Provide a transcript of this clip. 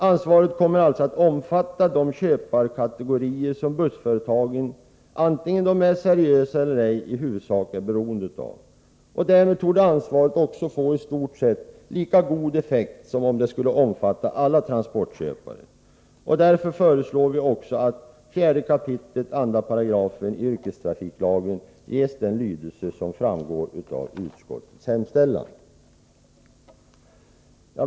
Ansvaret kommer alltså att omfatta de köparkategorier som bussföretagen, antingen de är seriösa eller ej, i huvudsak är beroende av. Och därmed torde ansvaret få i stort sett lika god effekt som om det skulle omfatta alla transportköpare. Därför föreslår vi också att 4 kap. 2§ yrkestrafiklagen ges den lydelse som framgår av utskottets hemställan. Herr talman!